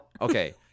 Okay